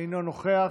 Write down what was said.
אינו נוכח,